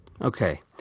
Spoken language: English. Okay